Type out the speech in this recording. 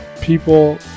people